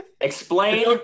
explain